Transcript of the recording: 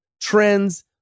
trends